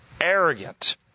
arrogant